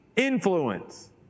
influence